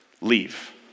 Leave